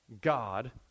God